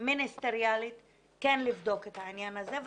מיניסטריאלית כן לבדוק את העניין הזה.